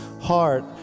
heart